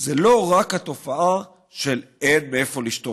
זה לא רק התופעה שאין מאיפה לשתות.